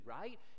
right